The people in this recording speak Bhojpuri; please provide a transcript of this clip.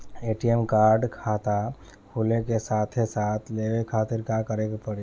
ए.टी.एम कार्ड खाता खुले के साथे साथ लेवे खातिर का करे के पड़ी?